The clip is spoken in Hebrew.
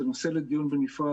זה נושא לדיון נפרד,